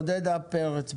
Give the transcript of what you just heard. עודדה פרץ,